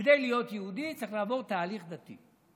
כדי להיות יהודי צריך לעבור תהליך דתי.